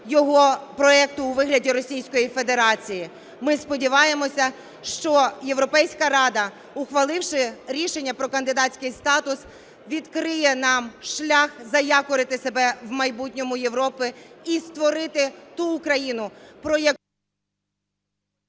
його проекту у вигляді Російської Федерації. Ми сподіваємося, що Європейська рада, ухваливши рішення про кандидатський статус відкриє нам шлях заякорити себе в майбутньому Європи і створити ту Україну, про яку…